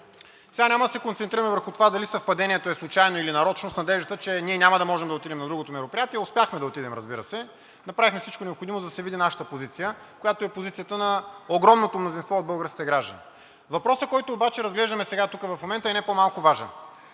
Сега няма да се концентрирам върху това дали съвпадението е случайно, или нарочно, с надеждата, че ние няма да можем да отидем на другото мероприятие – успяхме да отидем, разбира се. Направихме всичко необходимо, за да се види нашата позиция, която е позицията на огромното мнозинство от българските граждани. Въпросът, който обаче разглеждаме сега тук, в момента, е не по-малко важен